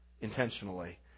intentionally